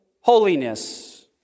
holiness